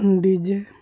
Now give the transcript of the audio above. DJ